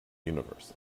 universe